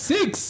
Six